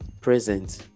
present